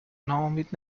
ناامید